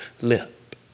lip